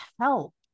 help